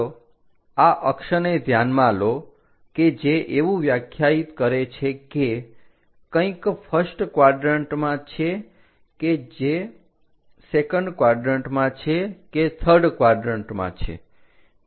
ચાલો આ અક્ષને ધ્યાનમાં લો કે જે એવું વ્યાખ્યાયિત કરે છે કે કંઈક ફર્સ્ટ ક્વાડરન્ટમાં છે કે સેકન્ડ ક્વાડરન્ટમાં છે કે થર્ડ ક્વાડરન્ટમાં છે